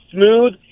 smooth